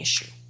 issue